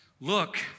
Look